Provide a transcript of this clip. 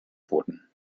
wurden